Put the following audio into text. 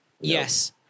yes